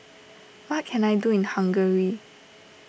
what can I do in Hungary